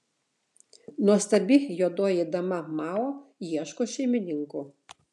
nuostabi juodoji dama mao ieško šeimininkų